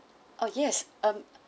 oh yes um